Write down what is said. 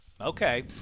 Okay